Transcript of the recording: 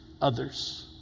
others